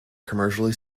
commercially